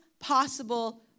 possible